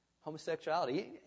homosexuality